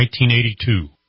1982